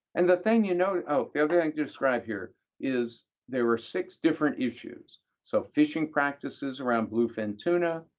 and the thing you know oh, the other thing to describe here is there were six different issues so fishing practices around bluefin tuna,